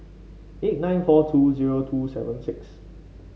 eight nine four two zero two seven six